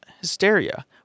hysteria